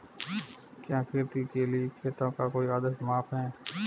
क्या खेती के लिए खेतों का कोई आदर्श माप है?